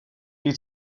die